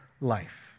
life